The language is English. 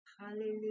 Hallelujah